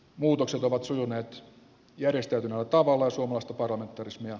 muutokset ovat sujuneet järjestöt ovat tavallaan summasta parlamentarismia